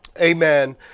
amen